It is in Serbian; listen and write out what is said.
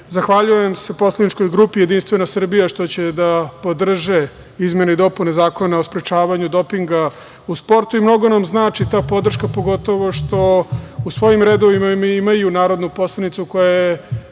Srbiji. Zahvaljujem se poslaničkoj grupi Jedinstvena Srbija što će da podrže izmene i dopune Zakona o sprečavanju dopinga u sportu. Mnogo nam znači ta podrška, pogotovo što u svojim redovima imaju narodnu poslanicu koja je